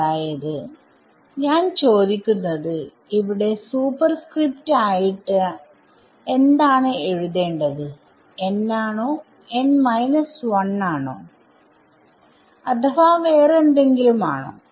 അതായത് ഞാൻ ചോദിക്കുന്നത് ഇവിടെ സൂപ്പർസ്ക്രിപ്റ്റ് ആയിട്ട് എന്താണ് എഴുതേണ്ടത്n ആണോ ആണോ അഥവാ വേറെ എന്തെങ്കിലും ആണോ